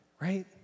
Right